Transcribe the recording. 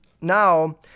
Now